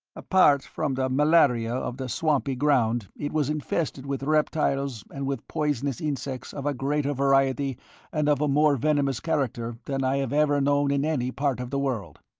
apart from the malaria of the swampy ground it was infested with reptiles and with poisonous insects of a greater variety and of a more venomous character than i have ever known in any part of the world.